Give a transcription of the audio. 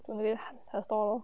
one day her stall lor